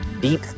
deep